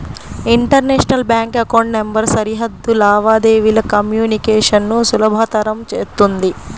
international bank account number సరిహద్దు లావాదేవీల communication ను సులభతరం చేత్తుంది